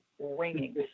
ringing